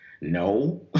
No